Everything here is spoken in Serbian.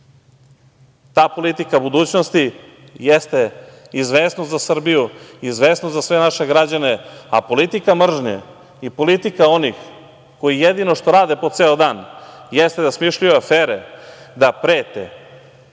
politika budućnosti jeste izvesnost za Srbiju, izvesnost za sve naše građane, a politika mržnje i politika onih koji jedino što rade po ceo dan, jeste da smišljaju afere, da prete,